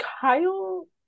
kyle